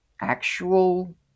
actual